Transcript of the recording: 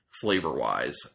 flavor-wise